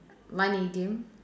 one idiom